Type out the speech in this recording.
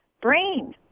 Brain